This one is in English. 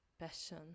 passion